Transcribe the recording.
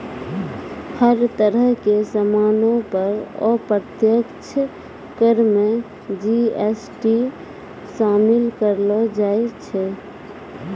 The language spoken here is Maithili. हर तरह के सामानो पर अप्रत्यक्ष कर मे जी.एस.टी शामिल करलो जाय छै